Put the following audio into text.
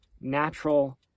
natural